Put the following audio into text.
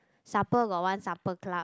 supper got one supper club